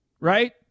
right